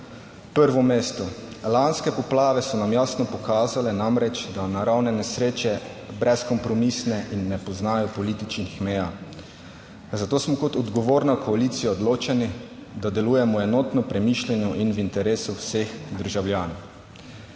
prvo mesto. Lanske poplave so nam jasno pokazale, namreč da naravne nesreče brezkompromisne in ne poznajo političnih meja. Zato smo kot odgovorna koalicija odločeni, da delujemo enotno, premišljeno in v interesu vseh državljanov.